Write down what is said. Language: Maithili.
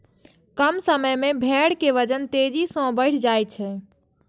कम समय मे भेड़ के वजन तेजी सं बढ़ि जाइ छै